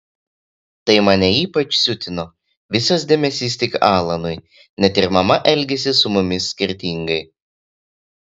tai mane ypač siutino visas dėmesys tik alanui net ir mama elgėsi su mumis skirtingai